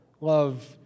Love